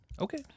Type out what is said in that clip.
Okay